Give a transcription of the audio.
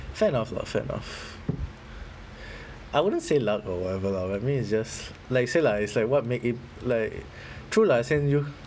fair enough lah fair enough I wouldn't say loud or whatever lah I mean it's just like say lah it's like what make it like true lah as in you